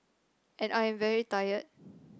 and I am very tired